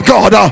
God